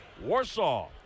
Warsaw